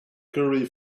curry